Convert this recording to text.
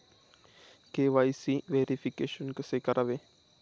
KYC verification कसे करावे?